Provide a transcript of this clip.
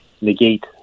negate